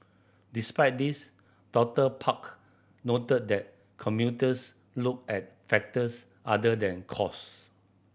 despite this Doctor Park noted that commuters look at factors other than cost